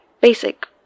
basic